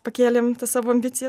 pakėlėm tą savo ambiciją